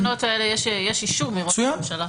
--- לתקנות האלה יש אישור ממשרד ראש הממשלה.